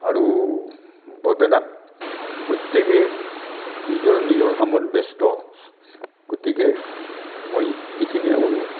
আৰু বৰপেটাত প্ৰত্যেকে নিজৰ নিজৰ কামত ব্যস্ত গতিকে মই এইখিনিয়ে ক'লোঁ আৰু